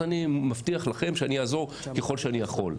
אז אני מבטיח לכם שאני אעזור ככל שאני יכול,